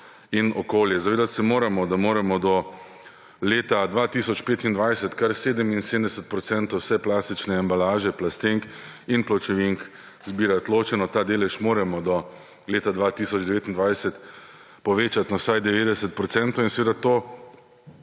in okolje. Zavedati se moramo, da moramo do leta 2025 kar 77 procentov vse plastične embalaže, plastenk in pločevink, zbirati ločeno. Ta delež moramo do leta 2029 povečati na vsaj 90 procentov. Seveda to